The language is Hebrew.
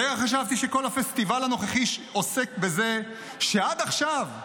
לרגע חשבתי שכל הפסטיבל הנוכחי עוסק בזה שעד עכשיו,